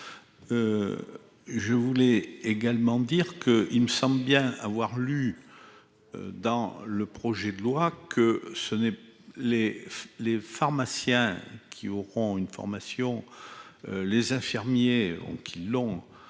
je voulais également dire que il me semble bien avoir lu dans le projet de loi que ce n'est les les pharmaciens qui auront une formation les infirmiers ont qui l'ont